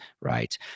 right